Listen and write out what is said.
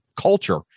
culture